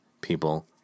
people